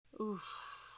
Oof